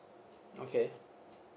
okay